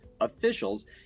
officials